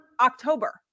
October